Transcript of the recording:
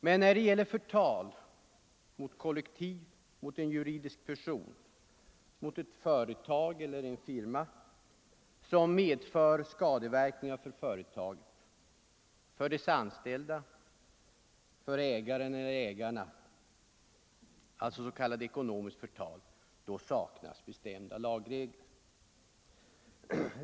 Men när det gäller förtal mot ett kollektiv, mot en juridisk person, mot ett företag eller en firma, som medför skadeverkningar för företaget, för dess anställda och för ägaren eller ägarna — alltså s.k. ekonomiskt ika komma förtal — saknas bestämda lagregler.